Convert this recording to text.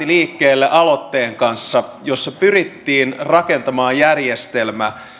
liikkeelle aloitteen kanssa jossa pyrittiin rakentamaan järjestelmä